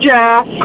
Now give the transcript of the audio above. Jeff